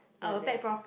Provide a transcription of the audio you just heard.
ya desk ah